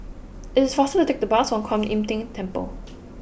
it is faster to take the bus to Kuan Im Tng Temple